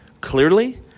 clearly